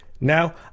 now